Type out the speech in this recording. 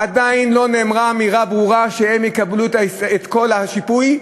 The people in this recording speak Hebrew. עדיין לא נאמרה אמירה ברורה שהם יקבלו את כל השיפוי,